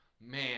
Man